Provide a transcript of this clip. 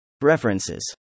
References